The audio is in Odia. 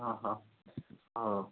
ଅହ ହଉ